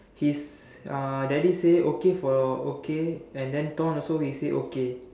his uh daddy say okay for okay and then thorn also he said okay